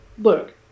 Look